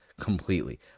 completely